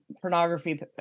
pornography